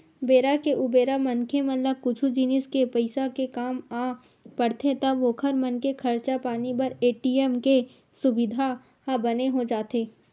बेरा के उबेरा मनखे मन ला कुछु जिनिस के पइसा के काम आ पड़थे तब ओखर मन के खरचा पानी बर ए.टी.एम के सुबिधा ह बने हो जाथे